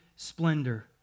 Splendor